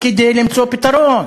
כדי למצוא פתרון.